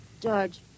George